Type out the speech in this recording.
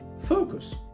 focus